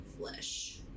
flesh